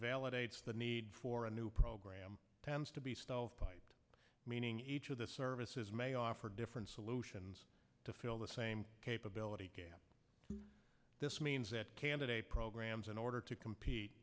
validates the need for a new program tends to be stovepipe meaning each of the services may offer different solutions to fill the same capability gap this means that candidate programs in order to compete